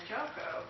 Joko